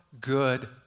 good